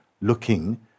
looking